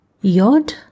Yod